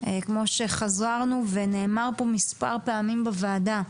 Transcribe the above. כמו שחזרנו ונאמר פה מספר פעמים בוועדה.